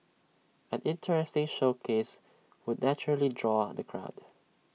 an interesting showcase would naturally draw the crowd